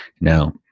Now